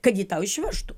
kad jį tau išvežtų